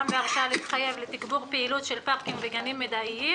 בהרשאה להתחייב לתגבור פעילות של פארקים וגנים מדעיים